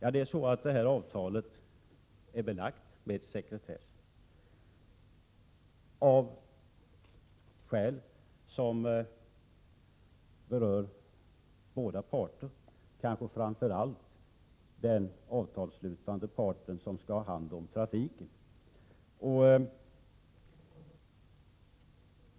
Men detta avtal är belagt med sekretess, och det av skäl som berör båda parter, kanske framför allt den avtalsslutande parten som skall ha hand om trafiken.